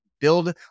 build